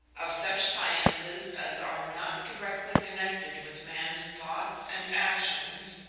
of such sciences as are not directly connected with man's thoughts and actions,